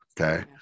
Okay